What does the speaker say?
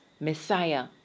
Messiah